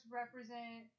represent